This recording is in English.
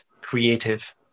creative